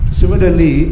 similarly